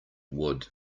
wood